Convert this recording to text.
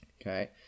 Okay